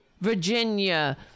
Virginia